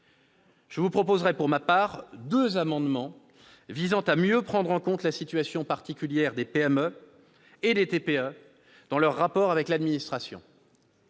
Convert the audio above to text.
Je vous présenterai pour ma part deux amendements visant à mieux prendre en considération la situation particulière des PME et des TPE dans leurs rapports avec l'administration.